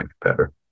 better